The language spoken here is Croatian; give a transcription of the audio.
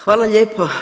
Hvala lijepo.